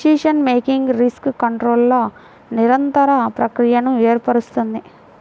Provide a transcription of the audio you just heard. decision making risk కంట్రోల్ల నిరంతర ప్రక్రియను ఏర్పరుస్తుంది